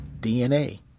DNA